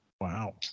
Wow